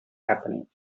happening